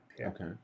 Okay